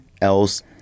else